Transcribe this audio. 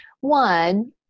One